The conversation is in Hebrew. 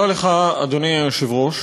אדוני היושב-ראש,